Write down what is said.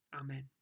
Amen